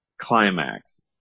climax